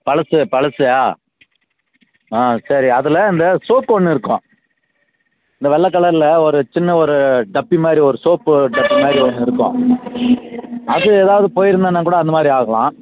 பழசு பழசா ஆ ஆ சரி அதில் இந்த சோக்கு ஒன்று இருக்கும் அந்த வெள்ளை கலரில் ஒரு சின்ன ஒரு டப்பி மாதிரி ஒரு சோப்பு டப்பி மாதிரி ஒன்று இருக்கும் அது எதாவது போயிருந்தனால் கூட அந்த மாதிரி ஆகலாம்